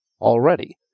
already